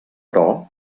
però